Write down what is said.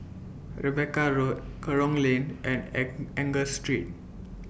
Rebecca Road Kerong Lane and and Angus Street